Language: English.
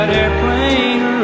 airplane